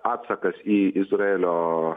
atsakas į izraelio